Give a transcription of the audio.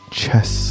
chess